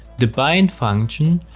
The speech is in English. the bind function,